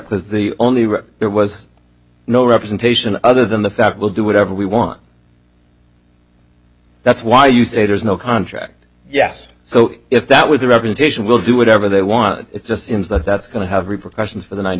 because the only right there was no representation other than the fact will do whatever we want that's why you say there's no contract yes so if that was the reputation we'll do whatever they want it just seems that that's going to have repercussions for the ninety